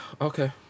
Okay